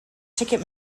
ticket